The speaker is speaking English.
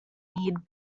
need